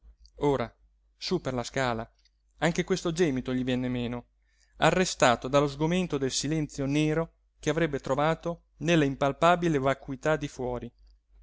sú per la scala anche questo gemito gli venne meno arrestato dallo sgomento del silenzio nero che avrebbe trovato nella impalpabile vacuità di fuori